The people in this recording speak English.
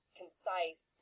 concise